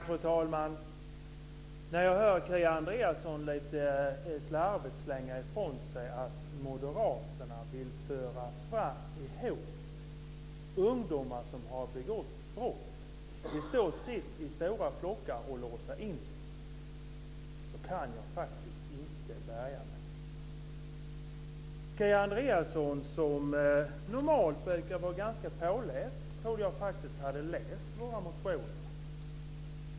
Fru talman! När jag hör Kia Andreasson lite slarvigt slänga ur sig att moderaterna vill föra ihop ungdomar som har begått brott i stora flockar och låsa in dem kan jag faktiskt inte bärga mig. Jag trodde att Kia Andreasson, som normalt brukar vara ganska påläst, hade läst våra motioner.